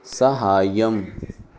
सहायम्